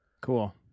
Cool